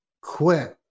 quit